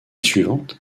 suivante